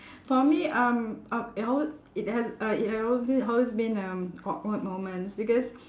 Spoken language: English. for me um um it al~ it has uh it ha~ always been always been um awkward moments because